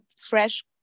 fresh